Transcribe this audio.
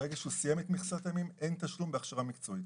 ברגע שהוא סיים את המכסה - אין תשלום בהכשרה מקצועית.